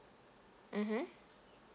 mmhmm